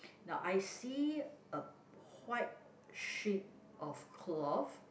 now I see a white sheet of cloth